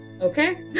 okay